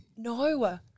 No